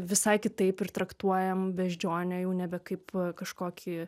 visai kitaip ir traktuojam beždžionę jau nebe kaip kažkokį